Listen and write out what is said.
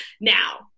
now